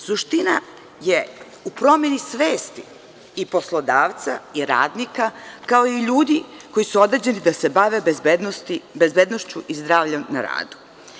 Suština je u promeni svesti i poslodavca i radnika, kao i ljudi koji su određeni da se bave bezbednošću i zdravljem na radu.